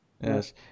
yes